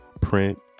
print